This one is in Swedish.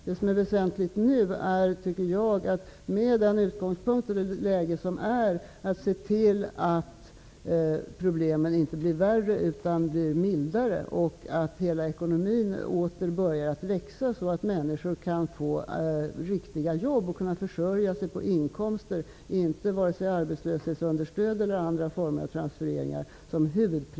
Det som nu är väsentligt är att med utgångspunkt i det nuvarande läget se till att problemen inte blir värre utan blir mildare. Hela ekonomin måste åter börja att växa så att människor kan få riktiga jobb och försörja sig på inkomster. Det skall vara huvudprincipen, och inte vare sig arbetslöshetsunderstöd eller andra former av transfereringar.